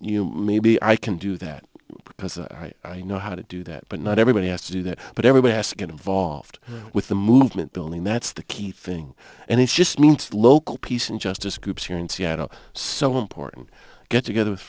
you maybe i can do that because i know how to do that but not everybody has to do that but everybody has to get involved with the movement building that's the key thing and it's just me local peace and justice groups here in seattle so important get together with